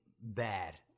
bad